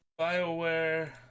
Bioware